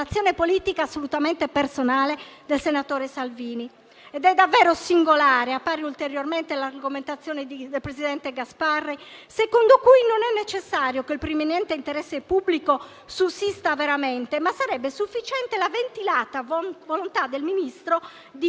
In questo modo, si giustificherebbe pienamente l'operato di Salvini, il quale sostiene di aver agito per scongiurare la minaccia terroristica legata ai flussi migratori, messa in evidenza durante una riunione del Comitato nazionale dell'ordine e della sicurezza pubblica